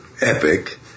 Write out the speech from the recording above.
epic